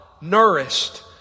nourished